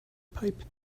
pipe